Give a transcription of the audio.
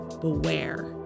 beware